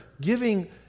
giving